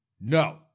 No